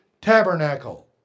tabernacle